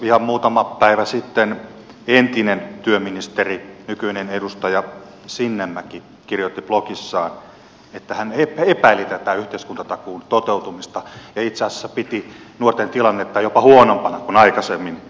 ihan muutama päivä sitten entinen työministeri nykyinen edustaja sinnemäki kirjoitti blogissaan että hän epäilee tätä yhteiskuntatakuun toteutumista ja itse asiassa piti nuorten tilannetta jopa huonompana kuin aikaisemmin